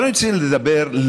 אבל אני רוצה לומר למה,